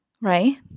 right